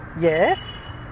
yes